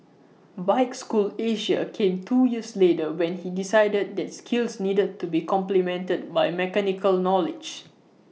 bike school Asia came two years later when he decided that skills needed to be complemented by mechanical knowledge